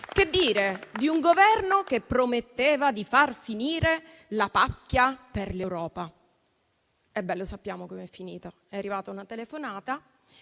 Che dire di un Governo che prometteva di far finire la pacchia per l'Europa. Sappiamo come è finita: è arrivata una telefonata